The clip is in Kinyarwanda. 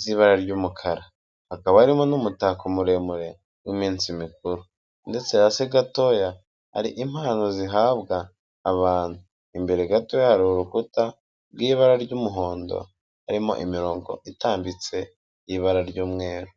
z'ibara ry'umukara, hakaba harimo n'umutako muremure w'iminsi mikuru, ndetse hasi gatoya hari impano zihabwa abantu, imbere gatoya hari urukuta rw'ibara ry'umuhondo, harimo imirongo itambitse y'ibara ry'umweru.